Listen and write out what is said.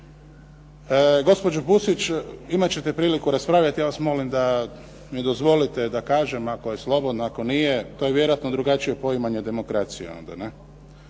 Gospođo Pusić, imat ćete priliku raspravljati. Ja vas molim da mi dozvolite da kažem ako je slobodno, ako nije to je vjerojatno drugačije poimanje demokracije